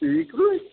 बेनोथ'लै